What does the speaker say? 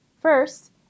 first